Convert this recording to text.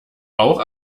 auch